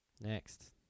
Next